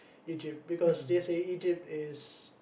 Egypt because they say Egypt is